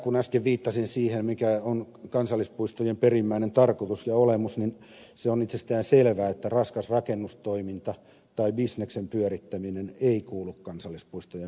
kun äsken viittasin siihen mikä on kansallispuistojen perimmäinen tarkoitus ja olemus niin on itsestäänselvää että raskas rakennustoiminta tai bisneksen pyörittäminen ei kuulu kansallispuistojen perustehtäviin